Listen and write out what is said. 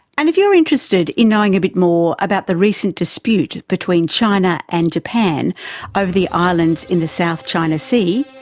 and if you're interested in knowing a bit more about the recent dispute between china and japan over the islands in the south china sea,